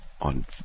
On